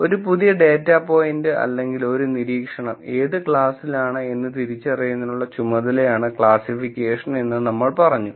ഒരു പുതിയ data point അല്ലെങ്കിൽ ഒരു നിരീക്ഷണം ഏതു ക്ലാസ്സിലാണ് എന്ന് തിരിച്ചറിയുന്നതിനുള്ള ചുമതലയാണ് ക്ലാസ്സിഫിക്കേഷൻ എന്ന് നമ്മൾ പറഞ്ഞു